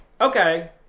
Okay